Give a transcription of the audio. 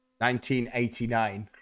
1989